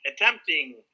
attempting